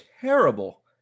terrible